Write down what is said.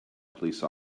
police